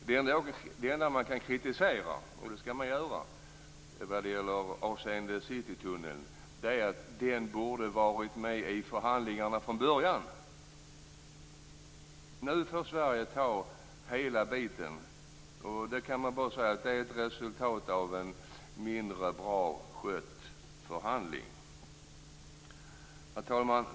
Det enda man kan kritisera avseende Citytunneln - och det skall man göra - är att den borde varit med i förhandlingarna från början. Nu får Sverige ta hela ansvaret. Det är ett resultat av en mindre bra skött förhandling. Herr talman!